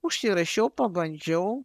užsirašiau pabandžiau